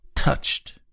touched